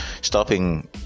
stopping